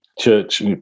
church